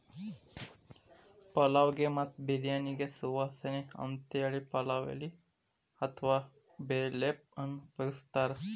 ಪಲಾವ್ ಗೆ ಮತ್ತ ಬಿರ್ಯಾನಿಗೆ ಸುವಾಸನಿಗೆ ಅಂತೇಳಿ ಪಲಾವ್ ಎಲಿ ಅತ್ವಾ ಬೇ ಲೇಫ್ ಅನ್ನ ಉಪಯೋಗಸ್ತಾರ